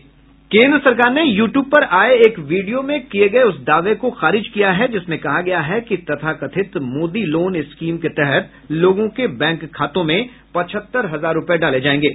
केन्द्र सरकार ने यू ट्यूब पर आए एक वीडियो में किए गए उस दावे को खारिज किया है जिसमें कहा गया है कि तथाकथित मोदी लोन स्कीम के तहत लोगों के बैंक खातों में पचहत्तर हजार रुपये डाले जाएंगे